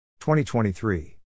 2023